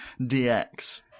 DX